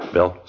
Bill